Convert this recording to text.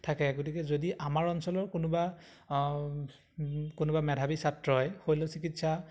থাকে গতিকে যদি আমাৰ অঞ্চলৰ কোনোবা কোনোবা মেধাৱী ছাত্ৰই শল্য চিকিৎসা